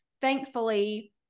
thankfully